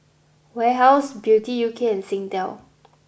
Warehouse Beauty U K and Singtel